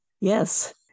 Yes